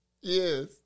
Yes